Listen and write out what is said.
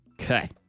Okay